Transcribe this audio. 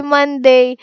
Monday